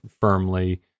firmly